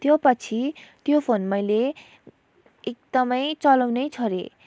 त्यो पछि त्यो फोन मैले एकदमै चलाउनै छोडेँ